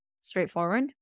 Straightforward